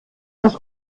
das